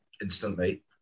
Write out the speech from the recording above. instantly